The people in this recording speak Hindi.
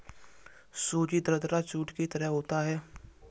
सूजी दरदरा चूर्ण की तरह होता है